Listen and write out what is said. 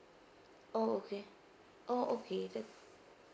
oh okay oh okay that's